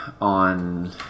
on